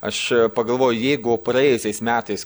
aš pagalvojau jeigu praėjusiais metais